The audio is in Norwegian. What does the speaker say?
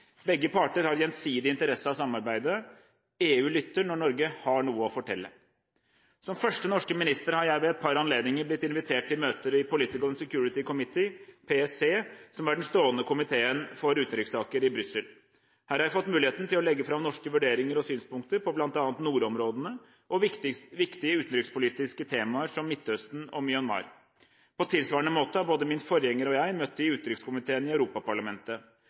Begge parter har gjensidig interesse av samarbeidet. EU lytter når Norge har noe å fortelle. Som første norske minister har jeg ved et par anledninger blitt invitert til møter i Political and Security Committee, PSC, som er den stående komiteen for utenrikssaker i Brussel. Her har jeg fått muligheten til å legge fram norske vurderinger og synspunkter på bl.a. nordområdene og viktige utenrikspolitiske temaer som Midtøsten og Myanmar. På tilsvarende måte har både min forgjenger og jeg møtt i utenrikskomiteen i Europaparlamentet.